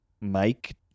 Mike